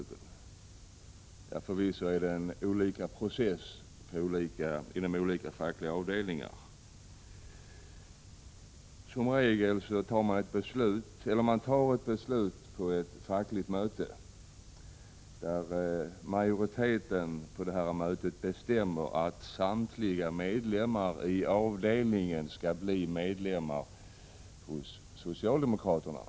Förvisso är processen olika inom olika fackliga avdelningar. Men man fattar ett beslut på ett fackligt möte där majoriteten bestämmer att samtliga medlemmar i avdelningen skall bli medlemmar hos socialdemokraterna.